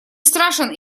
страшен